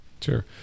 Sure